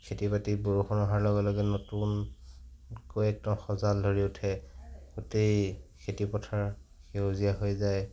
খেতি বাতিত বৰষুণ হোৱাৰ লগে লগে নতুনকৈ একদম সজাল ধৰি উঠে গোটেই খেতি পথাৰ সেউজীয়া হৈ যায়